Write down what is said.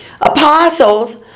Apostles